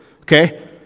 Okay